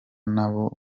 n’abo